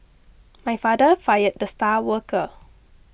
my father fired the star worker